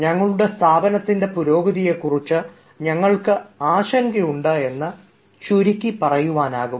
ഞങ്ങളുടെ സ്ഥാപനത്തിൻറെ പുരോഗതിയെക്കുറിച്ച് ഞങ്ങൾ ആശങ്കയുണ്ട് എന്നു ചുരുക്കി പറയാനാകും